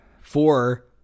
four